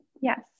Yes